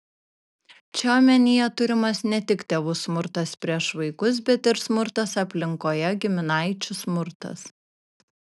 čia omenyje turimas ne tik tėvų smurtas prieš vaikus bet ir smurtas aplinkoje giminaičių smurtas